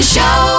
Show